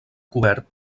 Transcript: cobert